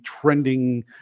trending